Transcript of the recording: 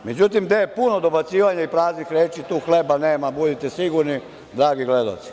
Međutim, gde je puno dobacivanja i praznih reči, tu hleba nema, budite sigurni dragi gledaoci.